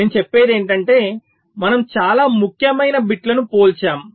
నేను చెప్పేది ఏమిటంటే మనము చాలా ముఖ్యమైన బిట్లను పోల్చాము